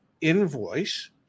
invoice